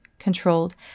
controlled